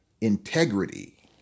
Integrity